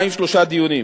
דיונים,